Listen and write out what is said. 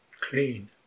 clean